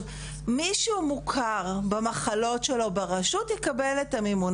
מי שהוא מוכר במחלות שלו ברשות יקבל את המימון,